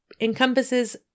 encompasses